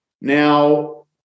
Now